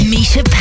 Misha